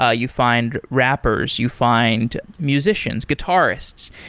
ah you find rappers. you find musicians, guitarists,